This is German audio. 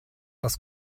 das